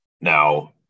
Now